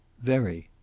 very.